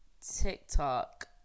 TikTok